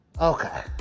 okay